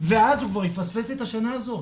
ואז הוא כבר יפספס את השנה הזאת